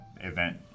event